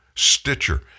Stitcher